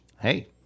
hey